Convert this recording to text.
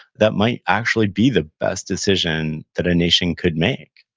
that might actually be the best decision that a nation could make.